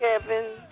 Kevin